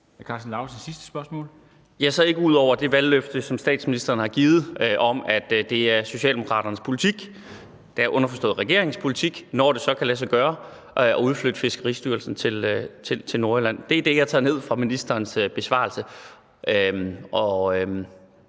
Altså, ingen ud over det valgløfte, som statsministeren har givet, om, at det er Socialdemokraterne politik – underforstået regeringens politik, når det så kan lade sig gøre – at udflytte Fiskeristyrelsen til Nordjylland. Det er det, jeg tager ned fra ministerens besvarelse.